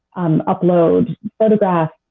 um upload photographs,